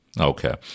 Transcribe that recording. Okay